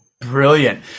Brilliant